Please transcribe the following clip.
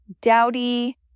dowdy